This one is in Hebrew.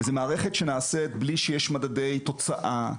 זו מערכת שנעשית בלי שיש מדדי תוצאה.